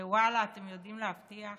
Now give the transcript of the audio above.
ואללה, אתם יודעים להבטיח,